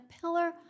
pillar